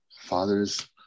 father's